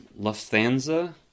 Lufthansa